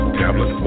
tablet